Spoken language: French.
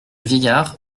vieillard